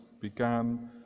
began